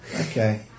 Okay